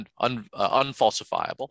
unfalsifiable